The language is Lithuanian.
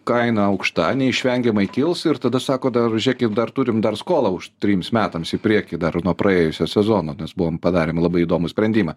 kaina aukšta neišvengiamai kils ir tada sako dar žėkit dar turim dar skolą už trims metams į priekį dar nuo praėjusio sezono nes buvom padarėm labai įdomų sprendimą